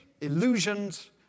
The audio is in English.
illusions